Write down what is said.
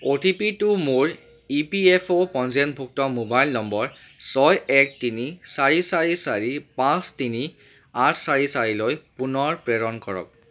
অ'টিপিটো মোৰ ইপিএফঅ' পঞ্জীয়নভুক্ত মোবাইল নম্বৰ ছয় এক তিনি চাৰি চাৰি চাৰি পাঁচ তিনি আঠ চাৰি চাৰিলৈ পুনৰ প্ৰেৰণ কৰক